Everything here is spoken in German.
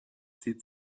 zieht